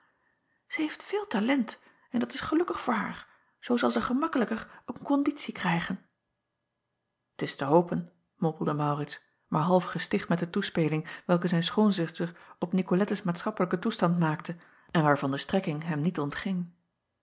heeft veel talent en dat is gelukkig voor haar zoo zal zij gemakkelijker een konditie krijgen acob van ennep laasje evenster delen t s te hopen mompelde aurits maar half gesticht met de toespeling welke zijn schoonzuster op icolettes maatschappelijken toestand maakte en waarvan de strekking hem niet ontging